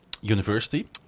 university